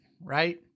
right